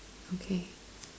okay